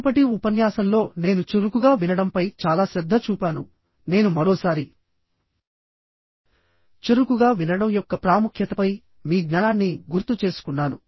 మునుపటి ఉపన్యాసంలో నేను చురుకుగా వినడంపై చాలా శ్రద్ధ చూపానునేను మరోసారి చురుకుగా వినడం యొక్క ప్రాముఖ్యతపై మీ జ్ఞానాన్ని గుర్తుచేసుకున్నాను